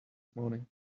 morning